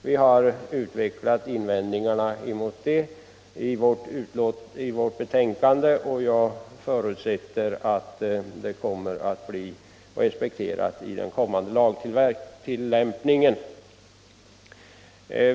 Vi har utvecklat invändningar mot detta i betänkandet, och jag förutsätter att de skall bli respekterade i den kommande lagtillämpningen.